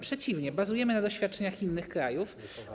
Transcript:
Przeciwnie, bazujemy na doświadczeniach innych krajów.